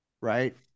right